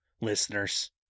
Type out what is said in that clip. listeners